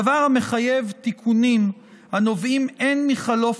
דבר המחייב תיקונים הנובעים הן מחלוף